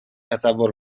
تصور